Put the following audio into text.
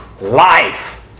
life